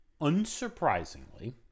Unsurprisingly